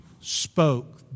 spoke